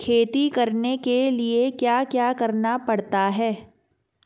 खेती करने के लिए क्या क्या करना पड़ता है?